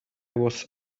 was